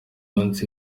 munsi